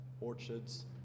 orchards